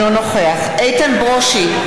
אינו נוכח איתן ברושי,